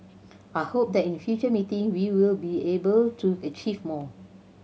I hope that in future meeting we will be able to achieve more